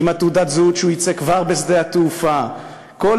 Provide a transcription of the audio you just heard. שהוא יצא כבר משדה-התעופה עם תעודת הזהות,